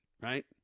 right